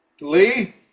Lee